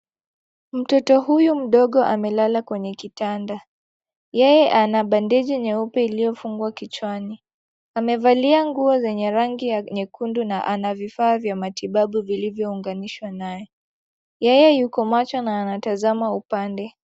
Mtoto huyu mdogo amelala kwenye kitanda. Yeye ana bandeji nyeupe iliyofungwa kichwani. Amevalia nguo zenye rangi nyekundu, na ana vifaa vya matibabu vilivyounganishwa naye. Yeye yuko macho, na anatazama upande.